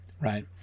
right